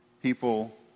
People